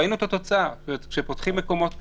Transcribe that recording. ב-2020 התמותה במדינת ישראל עלתה בצורה משמעותית.